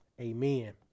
amen